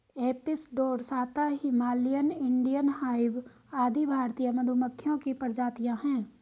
Apis dorsata, Himalayan, Indian hive आदि भारतीय मधुमक्खियों की प्रजातियां है